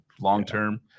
long-term